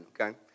Okay